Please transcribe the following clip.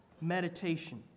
meditation